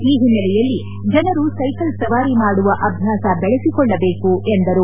ಈ ಹಿನ್ನೆಲೆಯಲ್ಲಿ ಜನರು ಸೈಕಲ್ ಸವಾರಿ ಮಾಡುವ ಅಭ್ಯಾಸ ಬೆಳೆಸಿಕೊಳ್ಳಬೇಕು ಎಂದರು